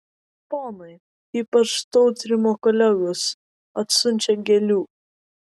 ponai ypač tautrimo kolegos atsiunčią gėlių